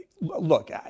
look